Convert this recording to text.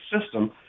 system